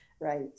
Right